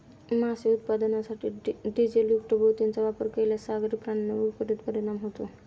मासे उत्पादनासाठी डिझेलयुक्त बोटींचा वापर केल्यास सागरी प्राण्यांवर विपरीत परिणाम होतो